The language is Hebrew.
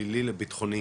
מפלילי לביטחוני.